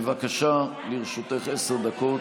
בבקשה, לרשותך עשר דקות.